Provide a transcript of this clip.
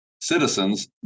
citizens